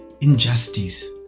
injustice